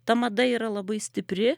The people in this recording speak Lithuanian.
ta mada yra labai stipri